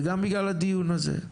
וגם בגלל הדיון הזה,